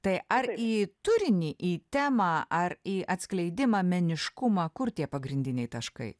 tai ar į turinį į temą ar į atskleidimą meniškumą kur tie pagrindiniai taškai